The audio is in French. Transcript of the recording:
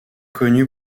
connue